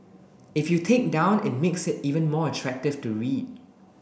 if you take down it makes it even more attractive to read